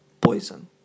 Poison